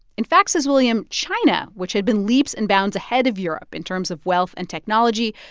in fact, says william, china, which had been leaps and bounds ahead of europe in terms of wealth and technology,